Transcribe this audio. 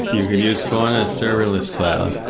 you can use fauna serverless cloud,